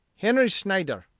henry snyder,